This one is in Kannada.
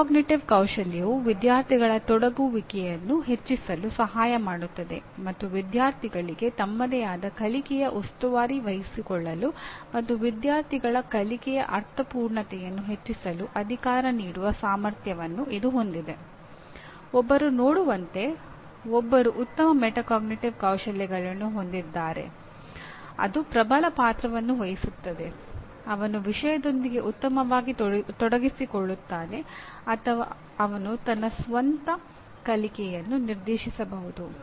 ಮೆಟಾಕಾಗ್ನಿಟಿವ್ ಕೌಶಲ್ಯಗಳನ್ನು ಹೊಂದಿದ್ದರೆ ಅದು ಪ್ರಬಲ ಪಾತ್ರವನ್ನು ವಹಿಸುತ್ತದೆ ಅವನು ವಿಷಯದೊಂದಿಗೆ ಉತ್ತಮವಾಗಿ ತೊಡಗಿಸಿಕೊಳ್ಳುತ್ತಾನೆ ಅಥವಾ ಅವನು ತನ್ನ ಸ್ವಂತ ಕಲಿಕೆಯನ್ನು ನಿರ್ದೇಶಿಸಬಹುದು